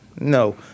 No